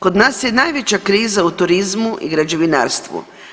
Kod nas je najveća kriza u turizmu i građevinarstvu.